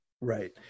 Right